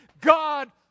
God